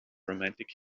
romantic